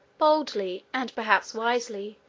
boldly and perhaps wisely,